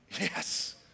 Yes